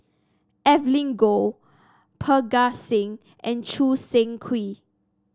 Evelyn Goh Parga Singh and Choo Seng Quee